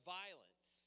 violence